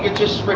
just